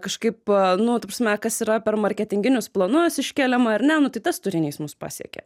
kažkaip nu ta prasme kas yra per marketinginius planus iškeliama ar ne nu tai tas turinys mus pasiekia